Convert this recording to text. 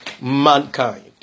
mankind